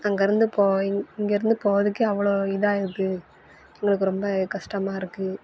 அங்கேருந்து போ இங்கேருந்து போகிறதுக்கே அவ்வளோ இதாக இருக்குது எங்களுக்கு ரொம்ப கஷ்டமா இருக்குது